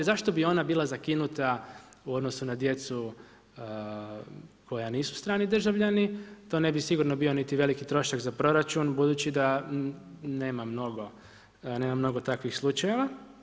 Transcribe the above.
Zašto bi ona bila zakinuta u odnosu na djecu koja nisu strani državljani, to ne bi sigurno bio niti veliki trošak za proračun budući da nema mnogo takvih slučajeva.